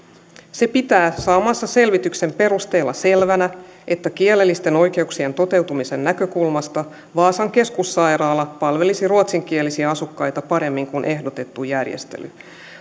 se pitää saamansa selvityksen perusteella selvänä että kielellisten oikeuksien toteutumisen näkökulmasta vaasan keskussairaala palvelisi ruotsinkielisiä asukkaita paremmin kuin ehdotettu järjestely